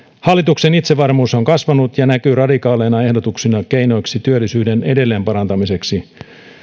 hallituksen itsevarmuus on kasvanut ja näkyy radikaaleina ehdotuksina keinoiksi työllisyyden edelleen parantamiseksi